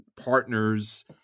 partners